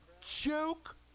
Joke